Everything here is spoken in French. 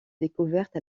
découverte